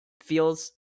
Feels